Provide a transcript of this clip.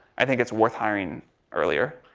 i think it's worth hiring earlier.